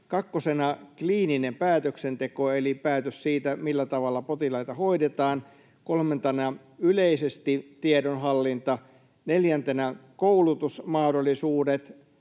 kakkosena oli kliininen päätöksenteko eli päätös siitä, millä tavalla potilaita hoidetaan; kolmantena oli yleisesti tiedonhallinta; neljäntenä olivat koulutusmahdollisuudet;